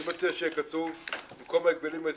אני מציע שבמקום "ההגבלים העסקיים"